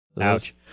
Ouch